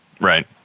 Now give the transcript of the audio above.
Right